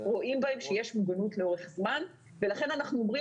רואים בהם שיש מוגנות לאורך זמן ולכן אנחנו אומרים